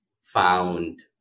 found